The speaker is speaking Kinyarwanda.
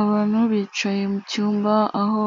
Abantu bicaye mu cyumba, aho